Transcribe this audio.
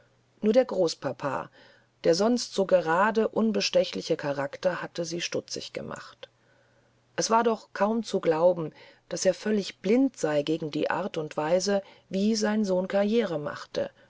nur der großpapa der sonst so gerade unbestechliche charakter hatte sie stutzig gemacht es war doch kaum zu glauben daß er völlig blind sei gegen die art und weise wie sein sohn karriere machte